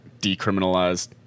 decriminalized